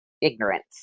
ignorance